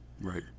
Right